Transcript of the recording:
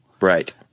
Right